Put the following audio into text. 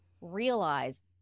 realize